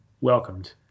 welcomed